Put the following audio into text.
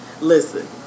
listen